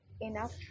enough